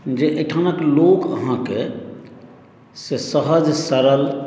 जे अहिठामक लोक अहाँकेँ से सहज सरल